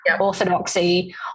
orthodoxy